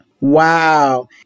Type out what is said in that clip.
Wow